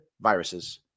viruses